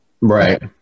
Right